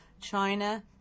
China